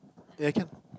ya can